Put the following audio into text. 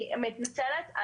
אני מתנצלת.